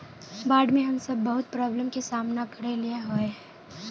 बाढ में हम सब बहुत प्रॉब्लम के सामना करे ले होय है?